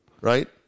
Right